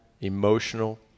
emotional